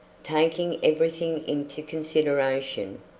taking everything into consideration,